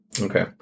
Okay